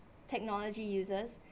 technology users